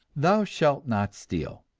thou shalt not steal.